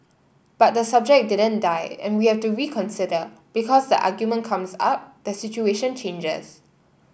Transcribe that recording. but the subject didn't die and we have to reconsider because the argument comes up the situation changes